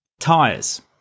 Tires